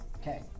okay